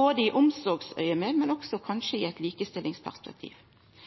både i ein omsorgssamanheng, og også i eit likestillingsperspektiv.